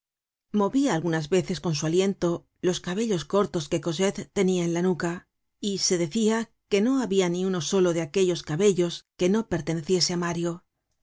movia algunas veces con su aliento los cabellos cortos que cosette tenia en la nuca y se decia que no habia ni uno solo de aquellos cabellos que no perteneciese á mario